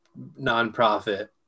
nonprofit